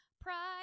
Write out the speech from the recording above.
Pride